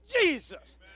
Jesus